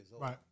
Right